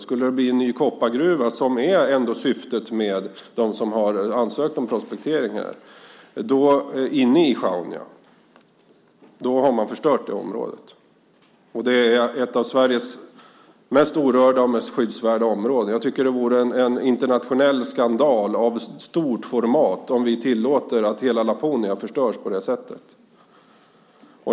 Skulle det bli en ny koppargruva inne i Sjaunja, som ändå är syftet för dem som har ansökt om prospektering, har man förstört det området. Det är ett av Sveriges mest orörda och skyddsvärda områden. Det vore en internationell skandal av stort format om vi tillåter att hela Laponia förstörs på det sättet.